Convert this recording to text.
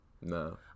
No